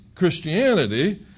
Christianity